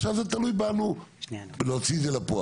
עכשיו זה תלוי בנו אם נוציא את זה לפועל.